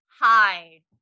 Hi